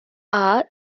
are